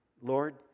Lord